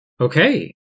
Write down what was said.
Okay